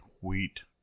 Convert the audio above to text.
wheat